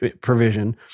provision